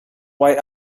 why